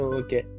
okay